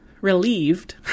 Relieved